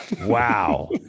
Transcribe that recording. Wow